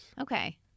Okay